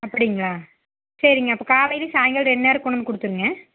அப்படிங்களா சரிங்க அப்போ காலைலேயும் சாயங்காலம் ரெண்டு நேரம் கொண்டாந்து கொடுத்துருங்க